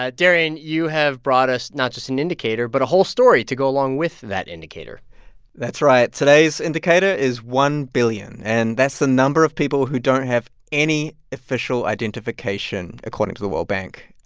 ah darian, you have brought us not just an indicator but a whole story to go along with that indicator that's right. today's indicator is one billion, and that's the number of people who don't have any official identification according to the world bank.